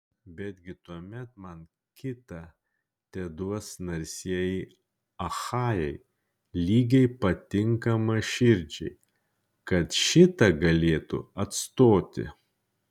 betgi tuomet man kitą teduos narsieji achajai lygiai patinkamą širdžiai kad šitą galėtų atstoti